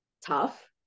tough